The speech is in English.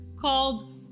called